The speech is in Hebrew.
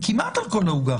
כמעט על כל העוגה.